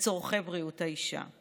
לצורכי בריאות האישה.